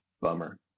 Bummer